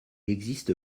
existe